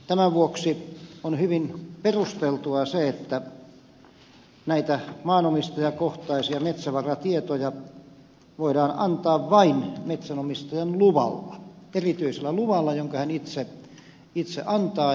tämän vuoksi on hyvin perusteltua se että näitä maanomistajakohtaisia metsävaratietoja voidaan antaa vain metsänomistajan luvalla erityisellä luvalla jonka hän itse antaa